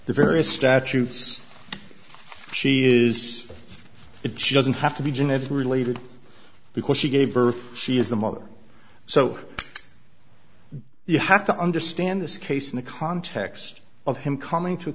the various statutes she is it just have to be genetically related because she gave birth she is the mother so you have to understand this case in the context of him coming to